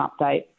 update